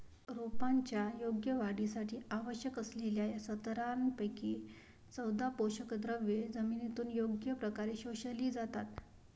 रोपांच्या योग्य वाढीसाठी आवश्यक असलेल्या सतरापैकी चौदा पोषकद्रव्ये जमिनीतून योग्य प्रकारे शोषली जातात